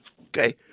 Okay